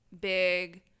Big